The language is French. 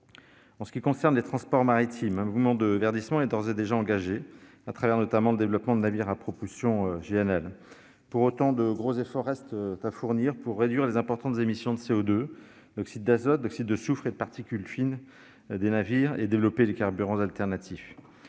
En ce qui concerne les transports maritimes, un mouvement de verdissement est d'ores et déjà engagé, au travers notamment du développement de navires à propulsion au gaz naturel liquéfié, ou GNL. Pour autant, de gros efforts restent à fournir pour réduire les importantes émissions de CO2, d'oxyde d'azote, d'oxyde de soufre et de particules fines des navires et développer les carburants alternatifs.